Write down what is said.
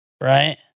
right